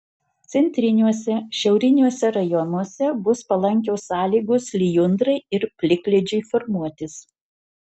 centriniuose šiauriniuose rajonuose bus palankios sąlygos lijundrai ir plikledžiui formuotis